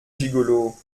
gigolo